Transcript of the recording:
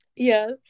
Yes